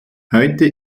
heute